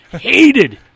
Hated